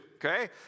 Okay